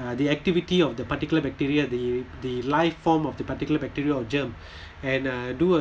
uh the activity of the particular bacteria the the life form of the particular bacteria or germ and uh do